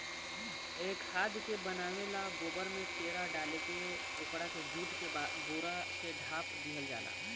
ए खाद के बनावे ला गोबर में चेरा डालके ओकरा के जुट के बोरा से ढाप दिहल जाला